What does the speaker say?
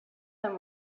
them